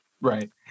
Right